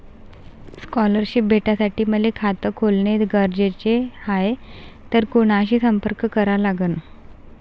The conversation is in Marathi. स्कॉलरशिप भेटासाठी मले खात खोलने गरजेचे हाय तर कुणाशी संपर्क करा लागन?